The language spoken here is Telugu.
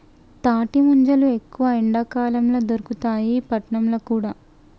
తాటి ముంజలు ఎక్కువ ఎండాకాలం ల దొరుకుతాయి పట్నంల కూడా